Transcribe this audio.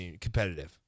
competitive